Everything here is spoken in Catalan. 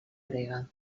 grega